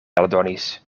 aldonis